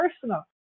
personal